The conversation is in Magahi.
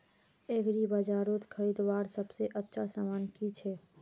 एग्रीबाजारोत खरीदवार सबसे अच्छा सामान की छे?